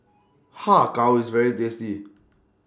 Har Kow IS very tasty